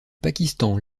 pakistan